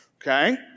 okay